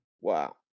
Wow